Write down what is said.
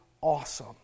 awesome